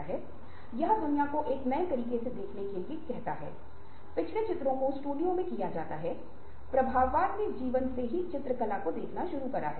तो यह कुछ भी नहीं है लेकिन सिर्फ एक तरह की बातचीत ही एक दूसरे को कुछ प्रक्रिया द्वारा कुछ संचार प्रथाओं द्वारा काम करवाने के लिए आश्वस्त करती है